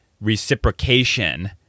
reciprocation